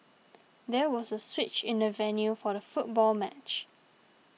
there was a switch in the venue for the football match